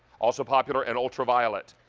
also popular and ultraviolet.